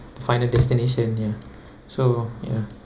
final destination ya so ya